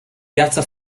piazza